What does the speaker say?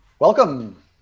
Welcome